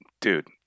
Dude